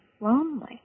lonely